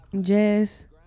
Jazz